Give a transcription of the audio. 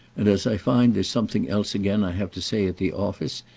and as i find there's something else again i have to say at the office,